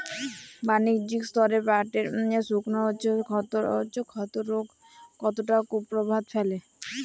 বাণিজ্যিক স্তরে পাটের শুকনো ক্ষতরোগ কতটা কুপ্রভাব ফেলে?